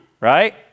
right